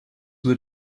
were